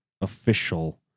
official